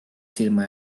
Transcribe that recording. silma